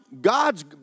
God's